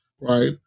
right